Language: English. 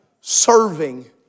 Serving